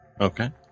Okay